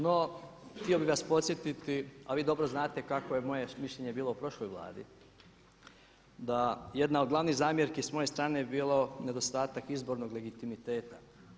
No, htio bih vas podsjetiti, a vi dobro znate kakvo je moje mišljenje bilo o prošloj Vladi da jedna od glavnih zamjerki s moje strane bi bilo nedostatak izbornog legitimiteta.